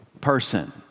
person